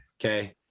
Okay